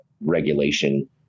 regulation